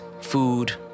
food